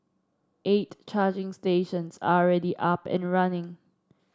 eight charging stations are already up and running